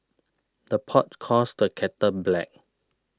the pot calls the kettle black